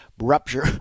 rupture